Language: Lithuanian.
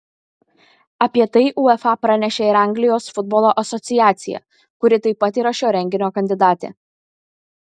apie tai uefa pranešė ir anglijos futbolo asociacija kuri taip pat yra šio renginio kandidatė